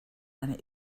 eine